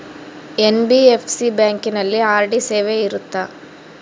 NBFC ಬ್ಯಾಂಕಿನಲ್ಲಿ RD ಸೇವೆ ಇರುತ್ತಾ?